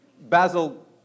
Basil